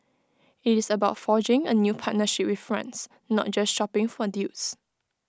IT is about forging A new partnership with France not just shopping for deals